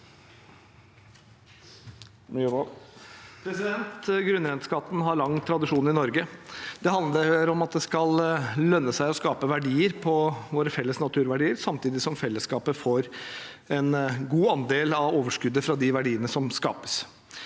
Grunnrente- skatten har lang tradisjon i Norge. Det handler om at det skal lønne seg å skape verdier på våre felles naturverdier, samtidig som fellesskapet får en god andel av overskuddet fra de verdiene som skapes.